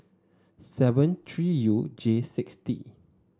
seven three U J six T